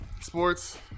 Sports